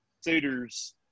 suitors –